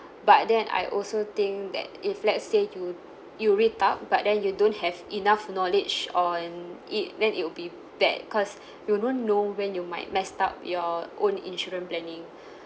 but then I also think that if let's say you you read up but then you don't have enough knowledge on it then it will bad cause you don't know when you might messed up your own insurance planning